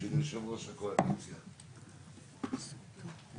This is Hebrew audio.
(הישיבה נפסקה בשעה 16:01 ונתחדשה בשעה 16:09.)